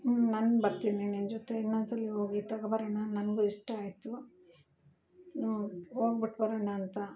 ಹ್ಞೂ ನಾನ್ ಬರ್ತ್ತಿನಿ ನಿನ್ನ ಜೊತೆಗೆ ಇನ್ನೊಂದ್ಸಲ ಹೋಗಿ ತಗೊಬರೋಣ ನನಗು ಇಷ್ಟ ಆಯಿತು ಹೋಗ್ಬಿಟ್ ಬರೋಣ ಅಂತ